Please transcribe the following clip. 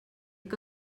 que